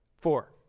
Four